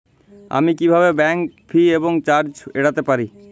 আমি কিভাবে bank fee এবং চার্জ এড়াতে পারি?